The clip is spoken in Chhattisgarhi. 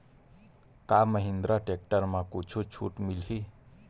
का महिंद्रा टेक्टर म कुछु छुट मिलही?